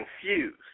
confused